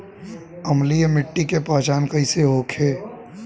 अम्लीय मिट्टी के पहचान कइसे होखे?